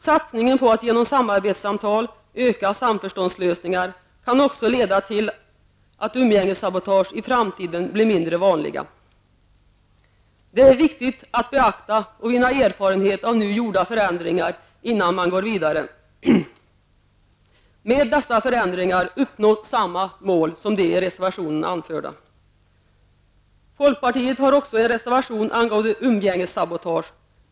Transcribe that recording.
Satsningen på att genom samarbetssamtal öka antalet samförståndslösningar kan också leda till att umgängessabotage i framtiden blir mindre vanliga. Det är viktigt att beakta och vinna erfarenhet av nu gjorda förändringar innan man går vidare. Med dessa förändringar uppnås samma mål som de i reservationen anförda. Folkpartiet har också en reservation angående umgängessabotage.